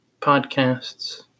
podcasts